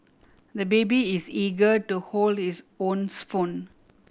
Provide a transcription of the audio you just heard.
the baby is eager to hold his own spoon